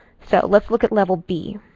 so let's look at level b.